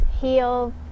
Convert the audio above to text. heal